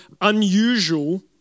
unusual